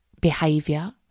behavior